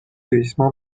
ریسمان